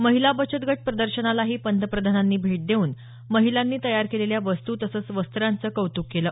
महिला बचत गट प्रदर्शनालाही पंतप्रधानांनी भेट देऊन महिलांनी तयार केलेल्या वस्तू तसंच वस्त्रांचं कौतुक केलं